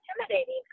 intimidating